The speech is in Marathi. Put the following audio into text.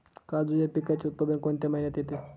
काजू या पिकाचे उत्पादन कोणत्या महिन्यात येते?